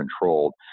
controlled